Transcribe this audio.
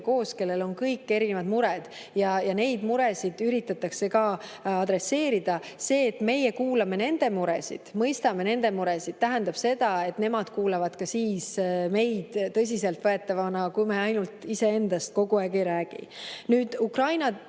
koos, kellel on erinevad mured ja neid muresid üritatakse adresseerida. See, et meie kuulame nende muresid, mõistame nende muresid, tähendab seda, et nemad kuulavad ka meid tõsiselt, kui me ainult iseendast kogu aeg ei räägi. Ukraina